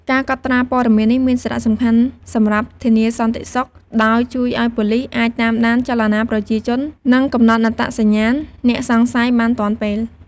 ការកត់ត្រាព័ត៌មាននេះមានសារៈសំខាន់សម្រាប់ ធានាសន្តិសុខ ដោយជួយឱ្យប៉ូលីសអាចតាមដានចលនាប្រជាជន និងកំណត់អត្តសញ្ញាណអ្នកសង្ស័យបានទាន់ពេល។